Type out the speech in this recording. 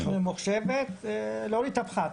ממוחשבת, להוריד את הפחת.